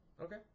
Okay